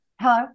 Hello